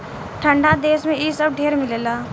ठंडा देश मे इ सब ढेर मिलेला